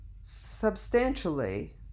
Substantially